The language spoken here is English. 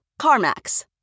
CarMax